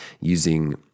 using